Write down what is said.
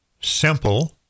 simple